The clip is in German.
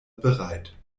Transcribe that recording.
bereit